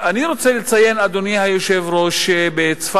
סגן שר האוצר